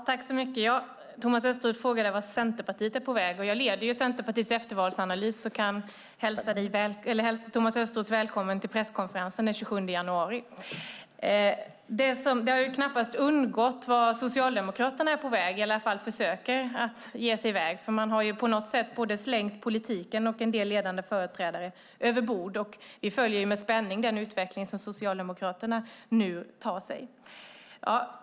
Herr talman! Thomas Östros frågar vart Centerpartiet är på väg. Jag leder Centerpartiets eftervalsanalys och hälsar honom välkommen till presskonferensen den 27 januari. Det har knappast undgått någon vart Socialdemokraterna är på väg, eller åtminstone försöker vara på väg. De tycks ha slängt både politiken och en del ledande företrädare över bord. Vi följer med spänning den utveckling som Socialdemokraterna nu går mot.